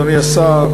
אדוני השר,